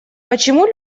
почему